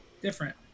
different